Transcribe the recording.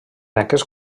aquest